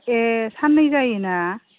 ए साननै जायोना